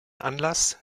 anlass